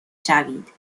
شوید